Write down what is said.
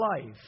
life